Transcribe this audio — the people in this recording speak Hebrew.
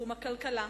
בתחום הכלכלה.